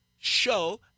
show